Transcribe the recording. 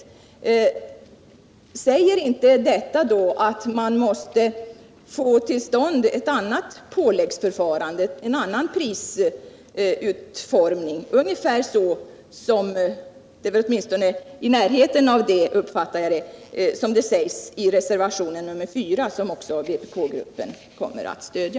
Betyder inte detta att man måste få till stånd ett annat påläggsförfarande, en annan prissättningsmetod, ungefär som det som nämns i reservationen 4, som också vpk-gruppen kommer att stödja?